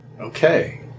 Okay